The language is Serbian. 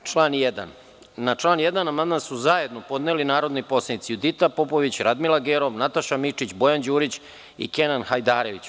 Na član 1. amandman su zajedno podneli narodni poslanici Judita Popović, Radmila Gerov, Nataša Mićić, Bojan Đurić i Kenan Hajdarević.